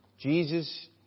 Jesus